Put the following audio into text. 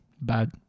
bad